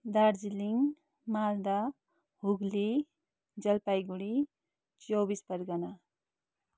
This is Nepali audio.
दार्जिलिङ मालदा हुगली जलपाइगुडी चौबिस परगना